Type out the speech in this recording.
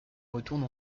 retourne